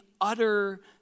utter